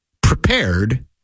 prepared